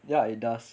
ya it does